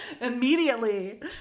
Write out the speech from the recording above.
Immediately